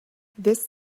this